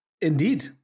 Indeed